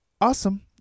awesome